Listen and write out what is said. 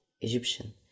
Egyptian